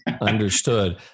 Understood